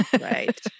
Right